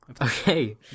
Okay